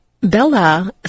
Bella